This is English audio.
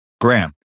Graham